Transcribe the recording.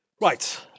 Right